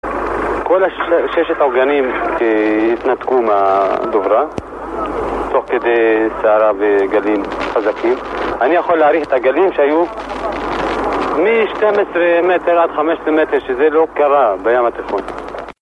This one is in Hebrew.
כל ששת עוגנים התנתקו מהדוברה תוך כדי סערה וגלים חזקים אני יכול להאריך את הגלים שהיו מ-12 מטר עד 15 מטר שזה לא קרה בים התיכון